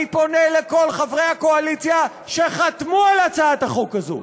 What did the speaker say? אני פונה לכל חברי הקואליציה שחתמו על הצעת החוק הזאת: